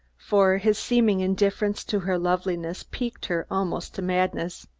for his seeming indifference to her loveliness piqued her almost to madness.